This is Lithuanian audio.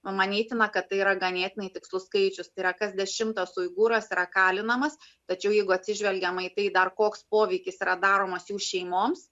manytina kad tai yra ganėtinai tikslus skaičius tai yra kas dešimtas uigūras yra kalinamas tačiau jeigu atsižvelgiama į tai dar koks poveikis yra daromos jų šeimoms